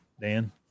Dan